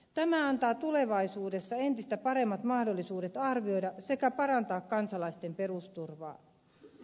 tämä antaa tulevaisuudessa entistä paremmat mahdollisuudet arvioida sekä parantaa kansalaisten perusturvaa